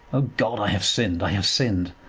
o god, i have sinned. i have sinned,